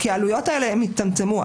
כי העלויות האלה יצטמצמו.